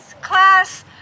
class